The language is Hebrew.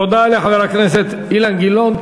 תודה לחבר הכנסת אילן גילאון.